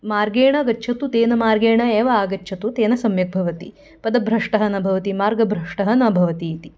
मार्गेण गच्छतु तेन मार्गेण एव आगच्छतु तेन सम्यक् भवति पदभ्रष्टः न भवति मार्गभ्रष्टः न भवति इति